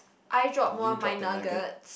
eye drop more on my nuggets